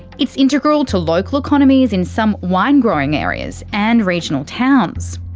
it's integral to local economies in some wine-growing areas and regional towns.